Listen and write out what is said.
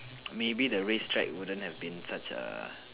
maybe the race track wouldn't have been such a